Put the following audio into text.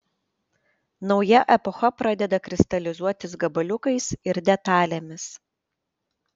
nauja epocha pradeda kristalizuotis gabaliukais ir detalėmis